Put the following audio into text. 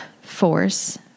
Force